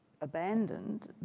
abandoned